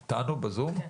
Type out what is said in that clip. בבקשה.